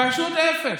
פשוט אפס.